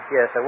Yes